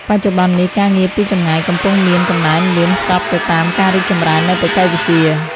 បច្ចុប្បន្ននេះ ការងារពីចម្ងាយកំពុងមាន កំណើនលឿន ស្របទៅតាមការរីកចម្រើននៃបច្ចេកវិទ្យា។